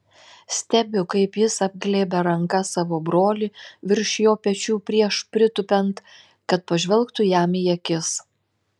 stebiu kaip jis apglėbia ranka savo brolį virš jo pečių prieš pritūpiant kad pažvelgtų jam į akis